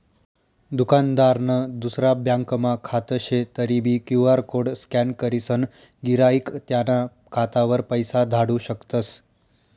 दुकानदारनं दुसरा ब्यांकमा खातं शे तरीबी क्यु.आर कोड स्कॅन करीसन गिराईक त्याना खातावर पैसा धाडू शकतस